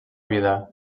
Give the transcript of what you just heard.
vida